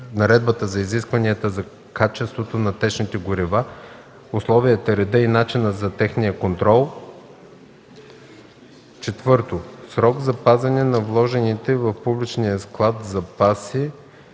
Наредбата за изискванията за качеството на течните горива, условията, реда и начина за техния контрол; 4. срок за пазене на вложените в публичния склад запаси